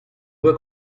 due